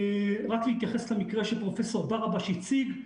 רק להתייחס למקרה שפרופ' ברבש הציג.